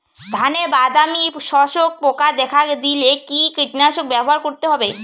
ধানে বাদামি শোষক পোকা দেখা দিলে কি কীটনাশক ব্যবহার করতে হবে?